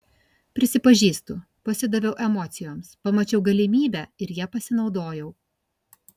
prisipažįstu pasidaviau emocijoms pamačiau galimybę ir ja pasinaudojau